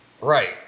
Right